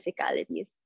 physicalities